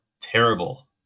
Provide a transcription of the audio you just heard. terrible